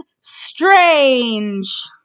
strange